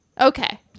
Okay